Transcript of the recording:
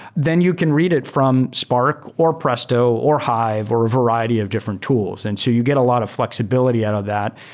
then you can read it from spark, or presto, or hive, hive, or a variety of different tools. and so you get a lot of flexibility out of that,